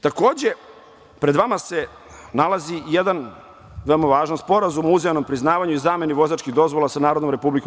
Takođe, pred vama se nalazi i jedan veoma važan Sporazum o uzajamnom priznavanju i zameni vozačkih dozvola sa NRK.